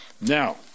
now